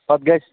پت گَژھِ